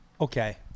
Okay